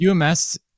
UMS